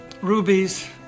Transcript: rubies